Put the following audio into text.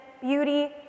beauty